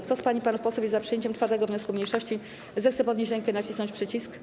Kto z pań i panów posłów jest za przyjęciem 4. wniosku mniejszości, zechce podnieść rękę i nacisnąć przycisk.